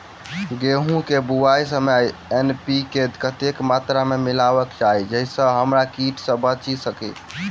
गेंहूँ केँ बुआई समय एन.पी.के कतेक मात्रा मे मिलायबाक चाहि जाहि सँ कीट सँ बचि सकी?